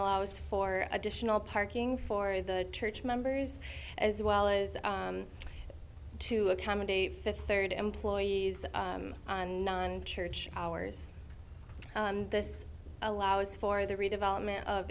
allows for additional parking for the church members as well as to accommodate the third employees and non church hours this allows for the redevelopment of